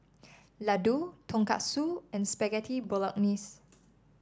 Ladoo Tonkatsu and Spaghetti Bolognese